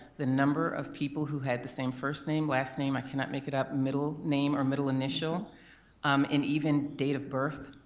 the number of people who had the same first name, last name, i cannot make it up, middle name or middle initial um and even date of birth,